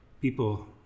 people